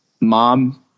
mom